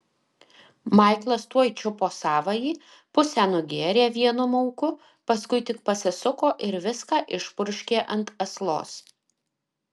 maiklas tuoj čiupo savąjį pusę nugėrė vienu mauku paskui tik pasisuko ir viską išpurškė ant aslos